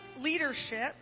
leadership